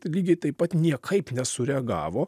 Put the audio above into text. lygiai taip pat niekaip nesureagavo